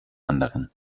anderen